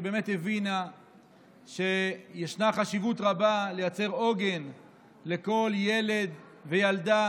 שבאמת הבינה שיש חשיבות רבה לייצר עוגן לכל ילד וילדה